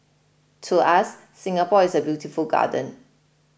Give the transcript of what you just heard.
to us Singapore is a beautiful garden